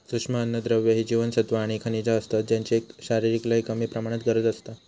सूक्ष्म अन्नद्रव्य ही जीवनसत्वा आणि खनिजा असतत ज्यांची शरीराक लय कमी प्रमाणात गरज असता